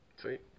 Sweet